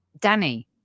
Danny